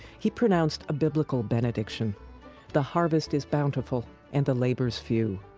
he pronounced a biblical benediction the harvest is bountiful and the labors few.